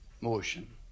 motion